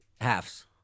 Halves